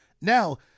Now